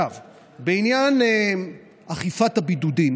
בעניין אכיפת הבידודים